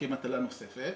כמטלה נוספת